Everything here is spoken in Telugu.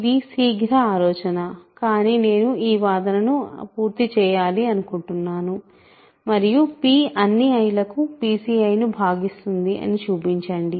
ఇది శీఘ్ర ఆలోచన కానీ నేను ఈ వాదనను మీరు పూర్తి చేయాలి అనుకుంటున్నాను మరియు p అన్ని i లకు pCiను భాగిస్తుంది అని చూపించండి